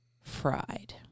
fried